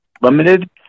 limited